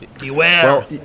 Beware